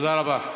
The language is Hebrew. תודה רבה.